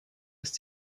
ist